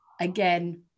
again